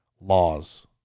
laws